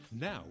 Now